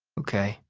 okay.